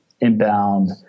inbound